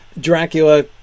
Dracula